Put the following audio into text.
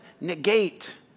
negate